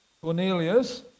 Cornelius